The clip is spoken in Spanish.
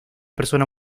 persona